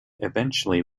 eventually